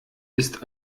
ist